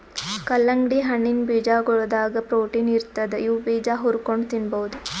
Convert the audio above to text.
ಕಲ್ಲಂಗಡಿ ಹಣ್ಣಿನ್ ಬೀಜಾಗೋಳದಾಗ ಪ್ರೊಟೀನ್ ಇರ್ತದ್ ಇವ್ ಬೀಜಾ ಹುರ್ಕೊಂಡ್ ತಿನ್ಬಹುದ್